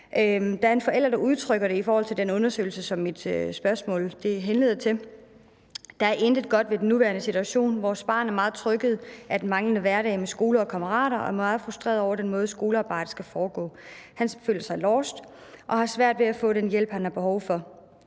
Der er en forælder, der udtrykker det i forhold til den undersøgelse, som mit spørgsmål henviser til: Der er intet godt ved den nuværende situation. Vores barn er meget trykket af den manglende hverdag med skole og kammerater og er meget frustreret over den måde, skolearbejdet skal foregå på. Han føler sig lost og har svært ved at få den hjælp, han har behov for